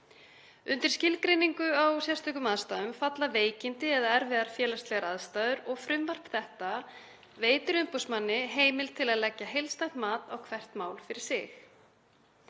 Undir skilgreiningu á sérstökum aðstæðum falla veikindi eða erfiðar félagslegar aðstæður og frumvarp þetta veitir umboðsmanni heimild til að leggja heildstætt mat á hvert mál fyrir sig.